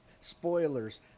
spoilers